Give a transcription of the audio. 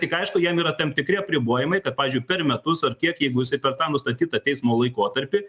tik aišku jam yra tam tikri apribojimai pavyzdžiui per metus ar kiek jeigu jisai per tą nustatytą teismo laikotarpį